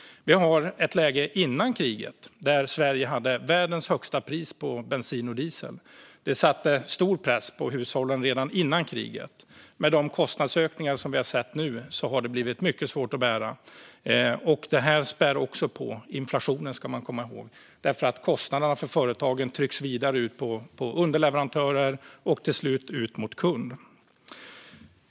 Redan före kriget hade vi ett läge där Sverige hade världens högsta pris på bensin och diesel. Det satte stor press på hushållen redan före kriget, och med de kostnadsökningar som vi har sett nu har det blivit mycket svårt att bära. Det här späder också på inflationen, ska man komma ihåg. Kostnaderna för företagen trycks nämligen vidare ut på underleverantörer och till slut ut mot kund.